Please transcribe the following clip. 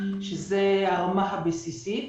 שזה הרמה הבסיסית.